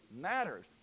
matters